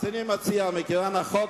ומכיוון שהחוק,